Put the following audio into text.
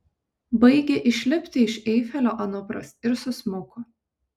baigė išlipti iš eifelio anupras ir susmuko